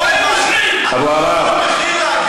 הוא משתמש,